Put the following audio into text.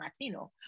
Latino